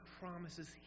promises